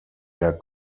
der